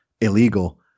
illegal